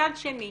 מצד שני